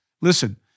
Listen